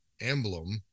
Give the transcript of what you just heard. emblem